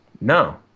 No